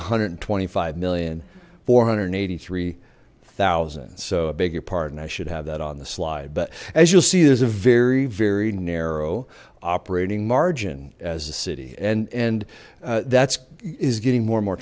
a hundred and twenty five million four hundred and eighty three thousand so a bigger part and i should have that on the slide but as you'll see there's a very very narrow operating margin as a city and and that's is getting more and more